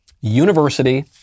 University